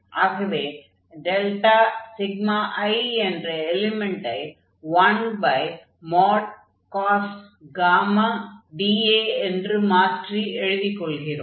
ஆகவே i என்ற எலிமென்டை 1cos dA என்று மாற்றி எழுதிக் கொள்கிறோம்